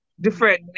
different